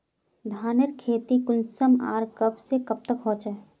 धानेर खेती कुंसम आर कब से कब तक होचे?